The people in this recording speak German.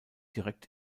direkt